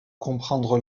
comprendre